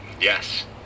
Yes